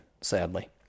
sadly